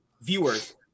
viewers